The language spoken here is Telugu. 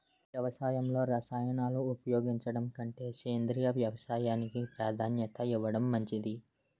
వ్యవసాయంలో రసాయనాలను ఉపయోగించడం కంటే సేంద్రియ వ్యవసాయానికి ప్రాధాన్యత ఇవ్వడం మంచిది